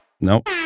Nope